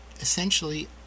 essentially